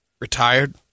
retired